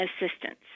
assistance